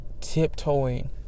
tiptoeing